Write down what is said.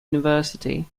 university